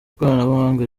ikoranabuhanga